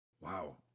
Wow